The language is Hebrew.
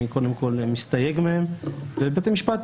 אני לא מזלזל בשיקול הדעת של בית המשפט.